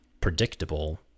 predictable